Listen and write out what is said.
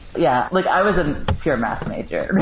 yeah like i was a pure math major.